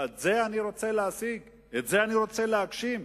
את זה אני רוצה להשיג, את זה אני רוצה להגשים.